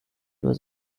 was